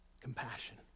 Compassion